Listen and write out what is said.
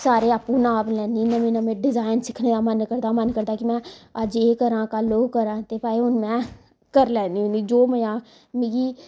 सारे आपूं नाप लैन्नी नमें नमें डिजैन सिक्खने दा मन करदा मन करदा की मैं अज्ज एह् करां कल ओह् करां ते भाई हुन मैं करी लैनी हुन्नी जो मजा मिगी